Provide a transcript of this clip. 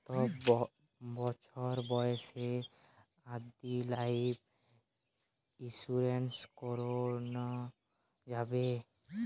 কতো বছর বয়স অব্দি লাইফ ইন্সুরেন্স করানো যাবে?